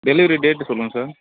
delivery date சொல்லுங்கள் sir